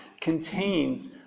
contains